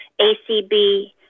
ACB